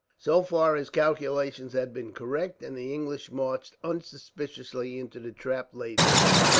so far his calculations had been correct, and the english marched unsuspiciously into the trap laid for them.